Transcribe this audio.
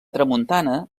tramuntana